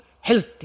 healthy